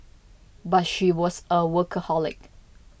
but she was a workaholic